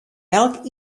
elke